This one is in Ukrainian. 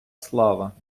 слава